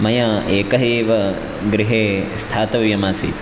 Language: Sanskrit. मया एकः एव गृहे स्थातव्यमासीत्